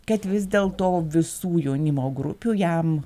kad vis dėl to visų jaunimo grupių jam